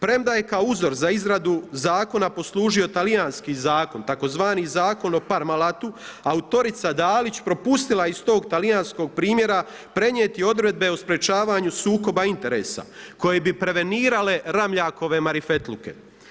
Premda je kao uzor za izradu zakona poslužio talijanski zakon, tzv. Zakon o parmalatu autorica Dalić propustila je iz tog talijanskog primjera prenijeti odredbe o sprječavanju sukoba interesa koje bi prevenirale Ramljakove marifetluke.